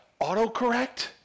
autocorrect